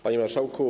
Panie Marszałku!